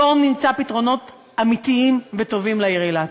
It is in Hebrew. בואו נמצא פתרונות אמיתיים וטובים לעיר אילת.